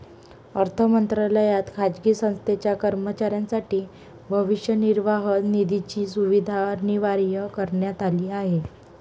अर्थ मंत्रालयात खाजगी संस्थेच्या कर्मचाऱ्यांसाठी भविष्य निर्वाह निधीची सुविधा अनिवार्य करण्यात आली आहे